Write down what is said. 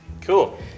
Cool